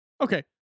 Okay